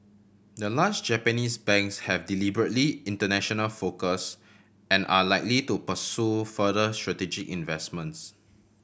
the large Japanese banks have deliberately international focus and are likely to pursue further strategic investments